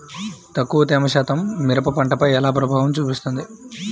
తక్కువ తేమ శాతం మిరప పంటపై ఎలా ప్రభావం చూపిస్తుంది?